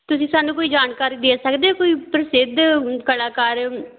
ਤੁਸੀਂ ਸਾਨੂੰ ਕੋਈ ਜਾਣਕਾਰੀ ਦੇ ਸਕਦੇ ਹੋ ਕੋਈ ਪ੍ਰਸਿੱਧ ਕਲਾਕਾਰ